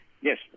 Yes